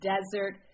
Desert